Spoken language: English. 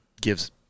gives